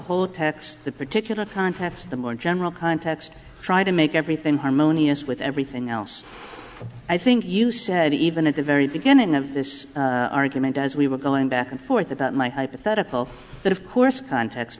text the particular context the more general context try to make everything harmonious with everything else i think you said even at the very beginning of this argument as we were going back and forth about my hypothetical but of course cont